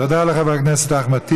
תודה לחבר הכנסת אחמד טיבי.